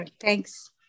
Thanks